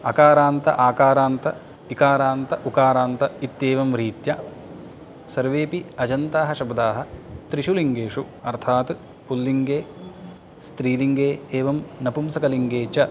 अकारान्त् आकारान्त् इकारान्त् उकारान्त् इत्येवं रीत्या सर्वेपि अजन्ताः शब्दाः त्रिषु लिङ्गेषु अर्थात् पुल्लिङ्गे स्त्रीलिङ्गे एवं नपुंसकलिङ्गे च